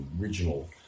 original